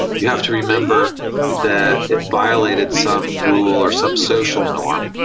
you have to remember that it violated some rule or some social norm,